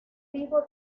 vivo